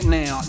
now